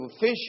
fish